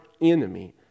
enemy